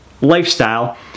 lifestyle